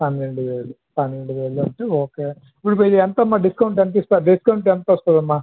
పన్నెండువేలు పన్నెండువేలు అంటే ఓకే ఇప్పుడు ఎంతమ్మా డిస్కౌంట్ ఎంతిస్తారు డిస్కౌంట్ ఎంతోస్తుందమ్మా